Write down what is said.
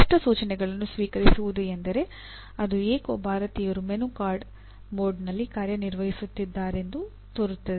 ಸ್ಪಷ್ಟ ಸೂಚನೆಗಳನ್ನು ಸ್ವೀಕರಿಸುವುದು ಎಂದರೆ ಅದು ಏಕೋ ಭಾರತೀಯರು ಮೆನು ಕಾರ್ಡ್ ಮೋಡ್ನಲ್ಲಿ ಕಾರ್ಯನಿರ್ವಹಿಸುತ್ತಿದ್ದಾರೆಂದು ತೋರುತ್ತದೆ